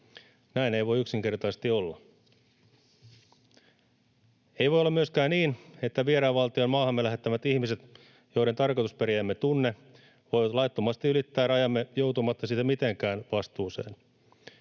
Näin ei voi yksinkertaisesti olla. Ei voi olla myöskään niin, että vieraan valtion maahamme lähettämät ihmiset, joiden tarkoitusperiä emme tunne, voivat laittomasti ylittää rajamme joutumatta siitä mitenkään vastuuseen.